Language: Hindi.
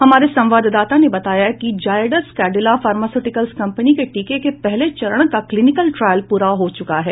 हमारे संवाददाताने बताया कि जायडस काडिला फार्मास्यूटिकल्स कम्पनी के टीके के पहले चरण का क्लीनिकल ट्रायल पूरा हो चुका है